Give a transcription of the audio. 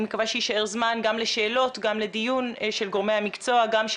אני מקווה שיישאר זמן גם לשאלות גם לדיון של גורמי המקצוע גם של